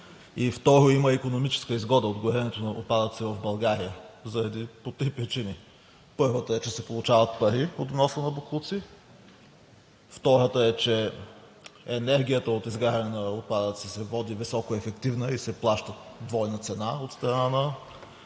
И второ, има икономическа изгода от горенето на отпадъци в България по три причини. Първата е, че се получават пари от вноса на боклуци. Втората е, че енергията от изгаряне на отпадъци се води високоефективна и се плаща двойна цена от страна на